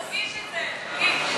אז תדגיש את זה, תדגיש.